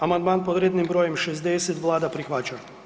Amandman pod rednim br. 60 vlada prihvaća.